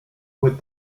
would